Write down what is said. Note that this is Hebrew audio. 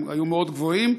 הם היו מאוד גבוהים.